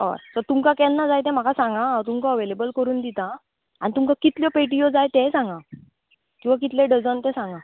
हय सो तुमकां केन्ना जाय ते म्हाका सांगां हांव तुमकां अवेलेबल करून दिता आनी तुमकां कितल्यो पेटयो जाय तेंवूय सांगां तुका कितले डझन तें सांगां